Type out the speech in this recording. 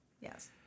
yes